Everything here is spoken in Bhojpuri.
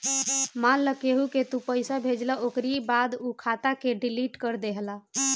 मान लअ केहू के तू पईसा भेजला ओकरी बाद उ खाता के डिलीट कर देहला